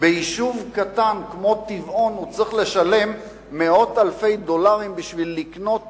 שביישוב קטן כמו טבעון הוא צריך לשלם מאות אלפי דולרים כדי לקנות